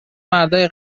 مردای